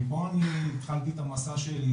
מפה אני התחלתי את המסע שלי,